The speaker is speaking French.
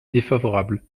défavorable